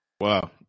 Wow